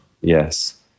Yes